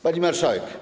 Pani Marszałek!